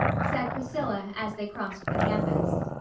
said priscilla, as they crossed the campus,